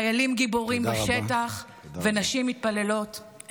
חיילים גיבורים בשטח, ונשים מתפללות.